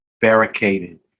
barricaded